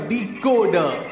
Decoder